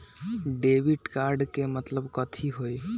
Debit card के मतलब कथी होई?